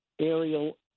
aerial